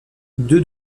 deux